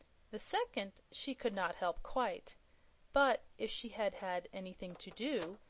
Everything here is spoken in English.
the second she could not help quite but if she had had anything to do,